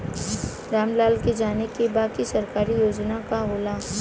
राम लाल के जाने के बा की सरकारी योजना का होला?